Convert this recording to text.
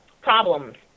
problems